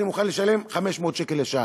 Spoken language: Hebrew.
אני מוכן לשלם 500 שקל לשעה.